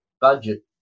budget